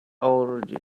already